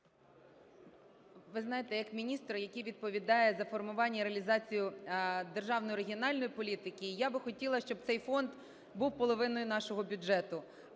Ви знаєте як міністр, який відповідає за формування і реалізацію державної регіональної політики, я би хотіла, щоб цей фонд був половиною нашого бюджету,